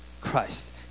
Christ